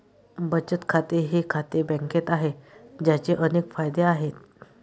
बचत खाते हे खाते बँकेत आहे, ज्याचे अनेक फायदे आहेत